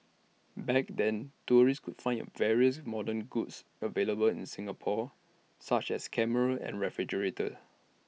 back then tourists could find various modern goods available in Singapore such as cameras and refrigerators